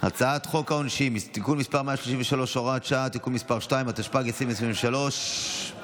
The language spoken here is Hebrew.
חבר הכנסת ולדימיר בליאק, רשום פעמיים,